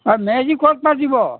মেজি ক'ত পাতিব